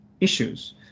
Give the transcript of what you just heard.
issues